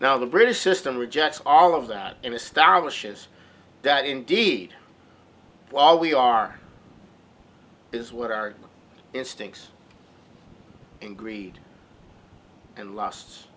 now the british system rejects all of that in a stylish is that indeed while we are is what our instincts and greed and